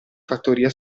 fattoria